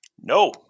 No